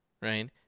right